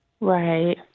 Right